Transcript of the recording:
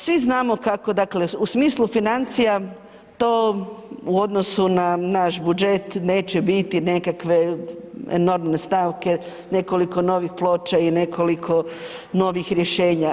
Svi znamo kako dakle, u smislu financija to u odnosu na naš budžet neće biti nekakve enormne stavke, nekoliko novih ploča i nekoliko novih rješenja.